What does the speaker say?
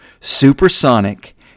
supersonic